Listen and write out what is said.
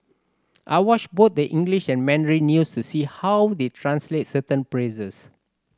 I watch both the English and Mandarin news to see how they translate certain